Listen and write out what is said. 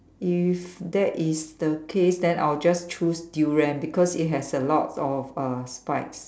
if that is the case then I'll just choose durian because it has a lot of uh spikes